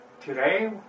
Today